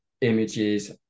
images